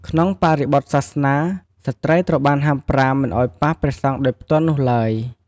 ក្នុងបរិបទសាសនា ស្ត្រីត្រូវបានហាមប្រាមមិនឱ្យប៉ះព្រះសង្ឃដោយផ្ទាល់នោះឡើយ។